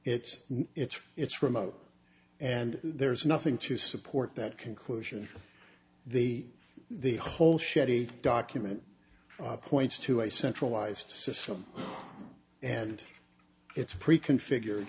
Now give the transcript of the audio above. it's it's it's remote and there's nothing to support that conclusion the the whole shoddy document points to a centralized system and it's preconfigure